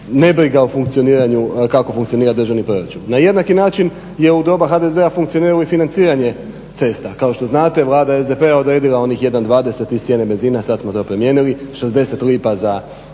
jesmo ta nebriga kako funkcionira državni proračun. Na jednaki način je u doba HDZ-a funkcioniralo i financiranje cesta. kao što znate vlada SDP-a odredila onih 1,20 iz cijene benzina, sada smo to promijenili, 60 lipa i